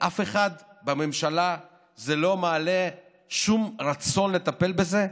לאף אחד בממשלה זה לא מעלה שום רצון לטפל בזה?